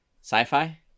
Sci-fi